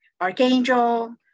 archangel